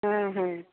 হুম হুম